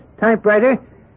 typewriter